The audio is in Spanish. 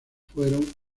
fueron